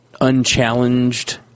unchallenged